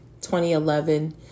2011